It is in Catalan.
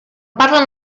parlen